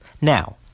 Now